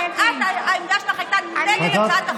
העמדה שלה הייתה נגד הצעת החוק.